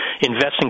investing